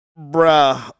Bruh